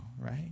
right